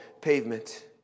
Pavement